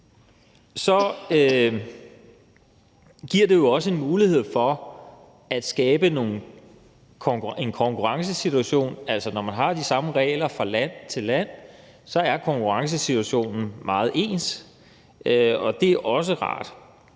Så giver det også en mulighed for at skabe en lige konkurrencesituation, for når man har de samme regler fra land til land, er konkurrencesituationen meget ens, og det er også rart.